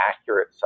accurate